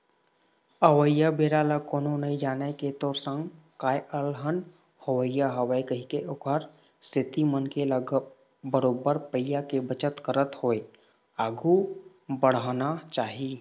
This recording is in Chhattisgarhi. अवइया बेरा ल कोनो नइ जानय के तोर संग काय अलहन होवइया हवय कहिके ओखर सेती मनखे ल बरोबर पइया के बचत करत होय आघु बड़हना चाही